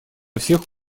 всех